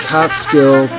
Catskill